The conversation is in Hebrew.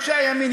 אנשי הימין,